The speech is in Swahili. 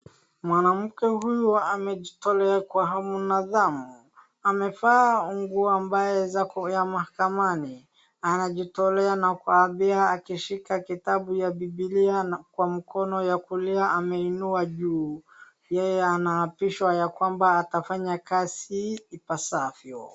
Mwanamke huyu amejitole kwa hamu na ghamu, amevaa nguo ambaye ya mahakamani, amejitolea na kuapia akishika kitabu ya bibilia na kwa mkono ya kulia ameinua juu, yeye anaapishwa ya kwamba atafanya kazi ipasavyo.